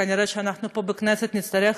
וכנראה אנחנו בכנסת נצטרך